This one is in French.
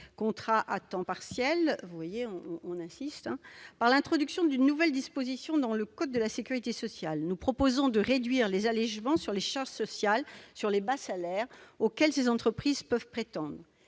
contrats à temps partiel, en introduisant une nouvelle disposition dans le code de la sécurité sociale. Nous proposons de réduire les allégements de charges sociales sur les bas salaires auxquels ces entreprises peuvent prétendre.